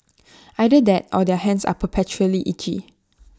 either that or their hands are perpetually itchy